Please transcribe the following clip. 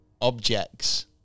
objects